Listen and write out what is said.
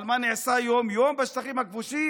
אבל מה נעשה יום-יום בשטחים הכבושים?